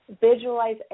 Visualize